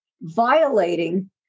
violating